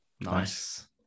Nice